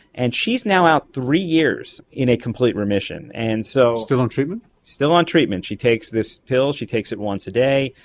and she is now out three years in a complete remission. and so still on treatment? still on treatment, she takes this pill, she takes it once a day,